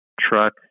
truck